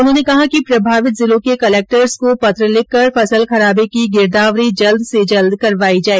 उन्होंने कहा कि प्रभावित जिलों के कलक्टर्स को पत्र लिखकर फसल खराबे की गिरदावरी जल्द से जल्द करवाई जाए